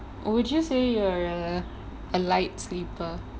would you say you're a~ a light sleeper